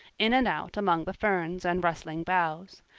in and out among the ferns and rustling boughs.